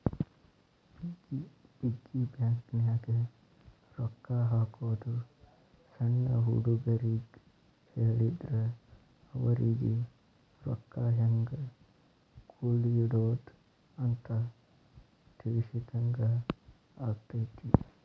piggy ಬ್ಯಾಂಕನ್ಯಾಗ ರೊಕ್ಕಾ ಹಾಕೋದು ಸಣ್ಣ ಹುಡುಗರಿಗ್ ಹೇಳಿದ್ರ ಅವರಿಗಿ ರೊಕ್ಕಾ ಹೆಂಗ ಕೂಡಿಡೋದ್ ಅಂತ ತಿಳಿಸಿದಂಗ ಆಗತೈತಿ